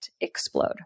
explode